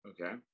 okay